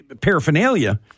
paraphernalia